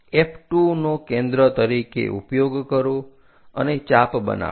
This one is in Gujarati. F2 નો કેન્દ્ર તરીકે ઉપયોગ કરો અને ચાપ બનાવો